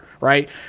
right